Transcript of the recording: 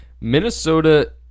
Minnesota